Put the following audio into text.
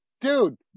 Dude